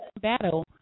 battle